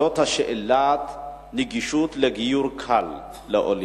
וזאת שאלת הנגישות לגיור קל לעולים.